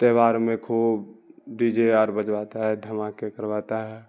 تیہوار میں خوب ڈی جے اور بجواتا ہے دھماکے کرواتا ہے